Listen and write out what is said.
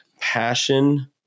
passion